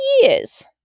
years